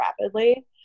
rapidly